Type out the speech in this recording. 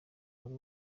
buri